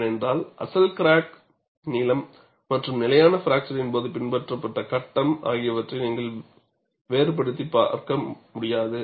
ஏனென்றால் அசல் கிராக் நீளம் மற்றும் நிலையான பிராக்சரின் போது பின்பற்றப்பட்ட கட்டம் ஆகியவற்றை நீங்கள் வேறுபடுத்திப் பார்க்க முடியாது